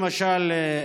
למשל,